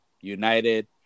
United